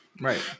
Right